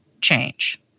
change